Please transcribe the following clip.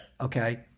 Okay